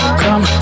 come